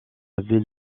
ville